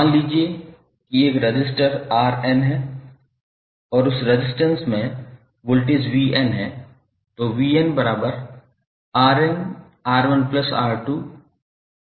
मान लीजिए कि एक रेज़िस्टर 𝑅𝑛 है और उस रेज़िस्टेंट में वोल्टेज 𝑣𝑛 है